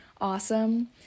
awesome